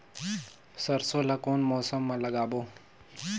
सरसो ला कोन मौसम मा लागबो?